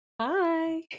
Hi